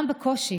גם בקושי,